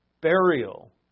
burial